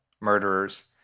murderers